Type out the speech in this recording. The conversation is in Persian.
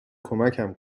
کمکم